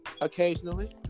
occasionally